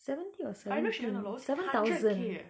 seventy or seventeen seven thousand ah